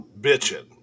bitching